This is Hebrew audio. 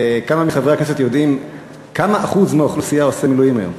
כמה מחברי הכנסת יודעים כמה אחוז מהאוכלוסייה עושה מילואים היום?